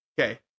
Okay